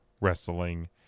wrestling